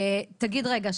77 אחוז,